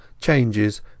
changes